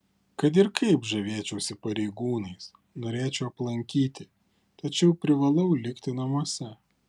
kad ir kaip žavėčiausi pareigūnais norėčiau aplankyti tačiau privalau likti namuose